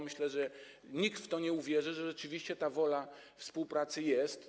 Myślę, że mało kto, nikt w to nie uwierzy, że rzeczywiście ta wola współpracy jest.